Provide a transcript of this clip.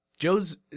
Joe's